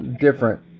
different